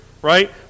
Right